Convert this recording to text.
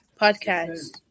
podcast